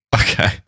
Okay